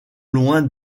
loin